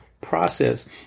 process